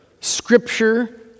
scripture